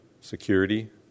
security